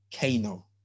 Kano